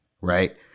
Right